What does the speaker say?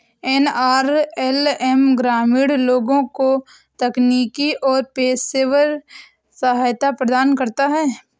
NRLM ग्रामीण लोगों को तकनीकी और पेशेवर सहायता प्रदान करता है